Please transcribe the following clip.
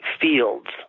fields